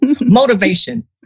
Motivation